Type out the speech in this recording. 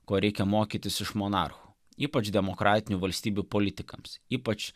ko reikia mokytis iš monarchų ypač demokratinių valstybių politikams ypač